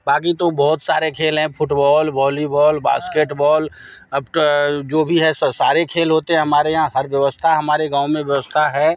बाकि तो बहुत सारे खेल हैं फुटबाॅल वाॅलीबाॅल बास्केटबाल अब जो भी है सारे खेल होते है हमारे यहाँ हर व्यवस्था हमारे गाँव में व्यवस्था है